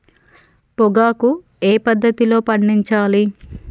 పొగాకు ఏ పద్ధతిలో పండించాలి?